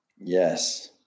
Yes